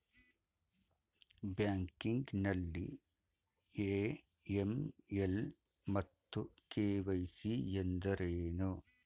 Banking ನಲ್ಲಿ AML ಮತ್ತು KYC ಎಂದರೇನು?